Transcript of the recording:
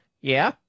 Yeah